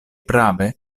prave